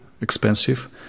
expensive